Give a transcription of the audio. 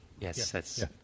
Yes